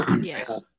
Yes